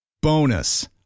Bonus